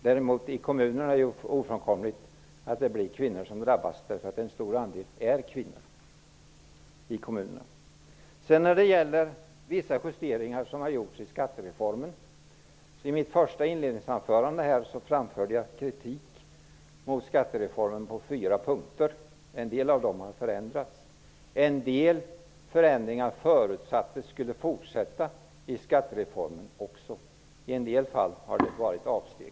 Det är däremot ofrånkomligt att det i kommunerna är kvinnorna som drabbas, eftersom en stor andel anställda i kommunerna utgörs av kvinnor. När det gäller vissa justeringar som har gjorts i skattereformen framförde jag i mitt inledningsanförande kritik mot skattereformen på fyra punkter. En del har förändrats. En del förändringar förutsattes fortsätta också efter skattereformens genomförande medan det i en del fall har gjorts avsteg.